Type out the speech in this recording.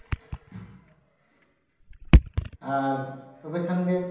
ᱟᱨ ᱛᱚᱵᱮ ᱠᱷᱟᱱ ᱜᱮ